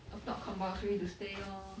err not compulsory to stay lor